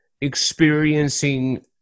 experiencing